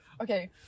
Okay